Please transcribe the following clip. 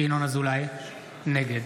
נגד